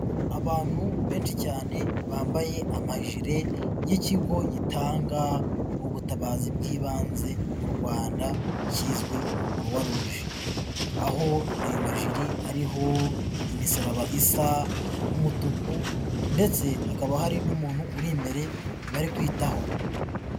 Abantu benshi cyane bambaye amajire y'ikigo gitanga ubutabazi bw'ibanze mu Rwanda kizwi nka croix rouge, aho ayo majiri ariho imisaraba isa n'umutuku ndetse hakaba hari n'umuntu uri imbere bari kwitaho.